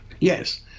Yes